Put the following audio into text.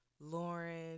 Lauren